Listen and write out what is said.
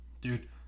Dude